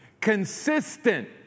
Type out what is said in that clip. Consistent